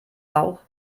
bauch